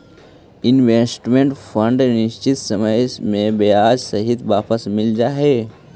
investment fund निश्चित समय में ब्याज सहित वापस मिल जा हई